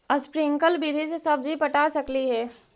Sprinkle विधि से सब्जी पटा सकली हे?